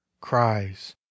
cries